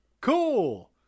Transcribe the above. Cool